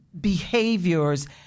behaviors